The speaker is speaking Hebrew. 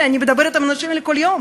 אלה, אני מדברת עם האנשים האלה כל יום.